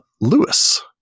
Lewis